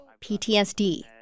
PTSD